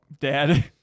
dad